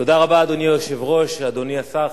תודה רבה לכולם, בהצלחה לכולם.